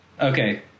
okay